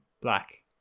black